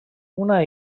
una